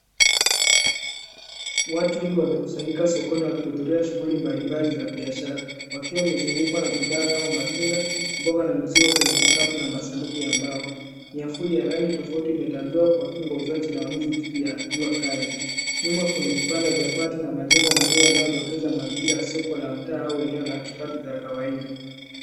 Watu wengi wamekusanyika sokoni wakihudhuria shughuli mbalimbali za biashara, wakiwa wamezungukwa na bidhaa kama matunda ,mboga na mizigo kwenye vikapu na masanduku ya mbao .Miavuli ya rangi tofauti imetandikwa kuwakinga wauzaji na wanunuzi dhidi ya jua kali .Nyuma kuna vibanda vya bati na majengo madogo yanayodokeza mazingira ya soko la mtaa au eneo la kipato cha kawaida.